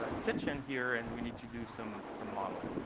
ah kitchen here, and we need to do some some modeling.